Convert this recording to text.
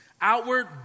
outward